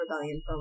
rebellion